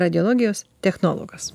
radiologijos technologas